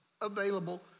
available